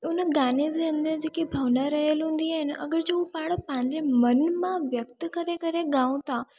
उन गाने जे अंदरु जेकी भावना रहियलु हूंदी आहे न अगरि जो उहा पाण पंहिंजे मन मां व्यक्त करे करे ॻायूं था